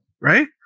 right